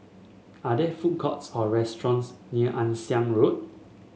are there food courts or restaurants near Ann Siang Road